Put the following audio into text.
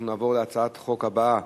אנחנו נעבור להצעת החוק הבאה,